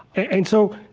and so,